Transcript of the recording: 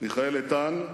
מיכאל איתן,